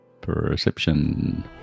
Perception